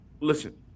Listen